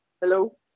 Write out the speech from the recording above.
Hello